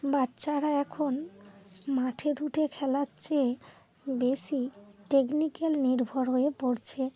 বাচ্চারা এখন মাঠে ধুঠে খেলার চেয়ে বেশি টেকনিক্যাল নির্ভর হয়ে পড়ছে